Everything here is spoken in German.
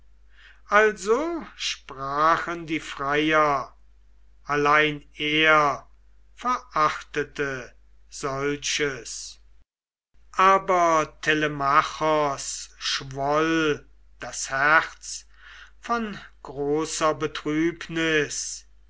also sprachen die freier allein er verachtete solches aber telemachos schwoll das herz von großer betrübnis